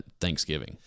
Thanksgiving